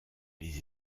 les